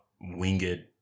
winged